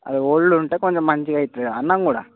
అది ఓల్డ్ ఉంటుంది కొంచెం మంచిగా అయితది అన్నం కూడా